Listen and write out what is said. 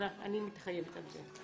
אני מתחייבת על זה.